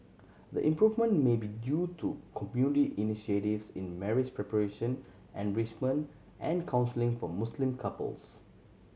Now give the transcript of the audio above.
the improvement may be due to community initiatives in marriage preparation enrichment and counselling for Muslim couples